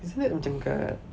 isn't that macam kat